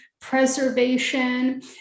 preservation